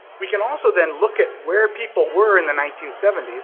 we can also then look at where people were in the nineteen seventy s,